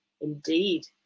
Indeed